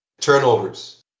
Turnovers